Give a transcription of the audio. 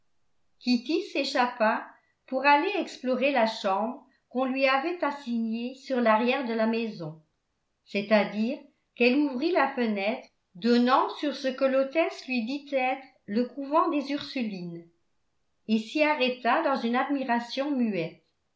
kitty s'échappa pour aller explorer la chambre qu'on lui avait assignée sur l'arrière de la maison c'est-à-dire qu'elle ouvrit la fenêtre donnant sur ce que l'hôtesse lui dit être le couvent des ursulines et s'y arrêta dans une admiration muette